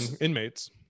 inmates